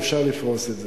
אפשר לפרוס את זה.